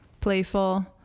playful